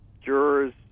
jurors